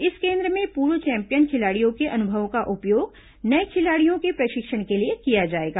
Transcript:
इस केन्द्र में पूर्व चैंपियन खिलाड़ियों के अनुभवों का उपयोग नये खिलाड़ियों के प्रशिक्षण के लिए किया जाएगा